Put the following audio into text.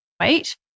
wait